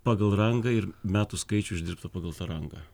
pagal rangą ir metų skaičių išdirbtą pagal tą rangą